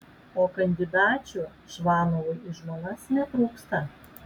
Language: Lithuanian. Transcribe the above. o kandidačių čvanovui į žmonas netrūksta